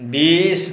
बीस